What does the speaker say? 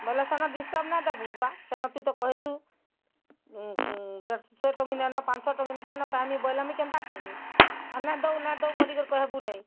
ବୋଲେ ସେନ ଡିଷ୍ଟର୍ବ୍ ନାଇଁ ଦେବୁ ବୁଆ ସେନ ତୁଇ ତ କହେସୁ ଶହେ ଟଙ୍କି ନାଇଁନ ପାଞ୍ଚ ଶହ ଟଙ୍କି ମୁଇଁ କେନୁ ପାଇମି ବଲେ କେନ୍ତା କର୍ମି ଆର୍ ନାଇଁ ଦେଉ ନାଇଁ ଦେଉ ବଲି କହେବୁ ନାଇଁ